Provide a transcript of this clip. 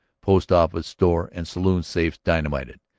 post-office, store, and saloon safes dynamited,